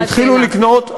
נכון, התחילו לקנות.